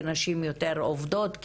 כי נשים יותר עובדות,